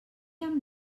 amb